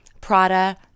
Prada